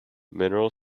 mineral